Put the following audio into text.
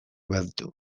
baditu